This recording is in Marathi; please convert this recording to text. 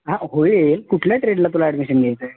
हा होईल कुठल्या ट्रेडला तुला ॲडमिशन घ्यायचं आहे